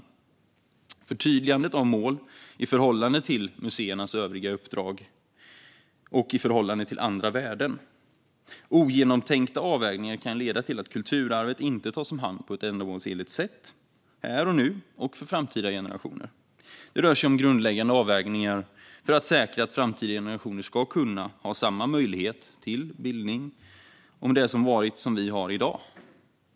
Det handlar också om förtydligandet av mål i förhållande till museernas övriga uppdrag och i förhållande till andra värden. Ogenomtänkta avvägningar kan leda till att kulturarvet inte tas om hand på ett ändamålsenligt sätt här och nu och för framtida generationer. Det rör sig om grundläggande avvägningar för att säkra att framtida generationer ska kunna ha samma möjlighet till bildning om det som varit som vi har i dag.